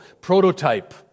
Prototype